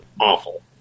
awful